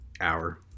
Hour